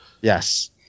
yes